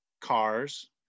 cars